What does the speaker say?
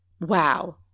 Wow